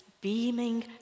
beaming